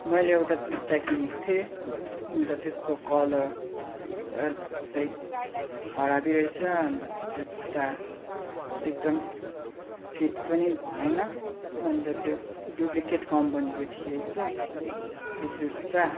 मैले एउटा जुत्ता किनेको थिएँ अन्त त्यसको कलर चाहिँ खराबी रहेछ अन्त त्यो जुत्ता एकदम फिट पनि भएन अन्त त्यो डुप्लिकेट कम्पनीको थिएछ त्यो जुत्ता